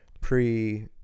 pre